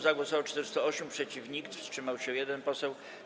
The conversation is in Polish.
Za głosowało 408, przeciw - nikt, wstrzymał się 1 poseł.